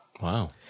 Wow